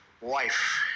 wife